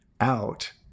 out